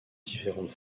différentes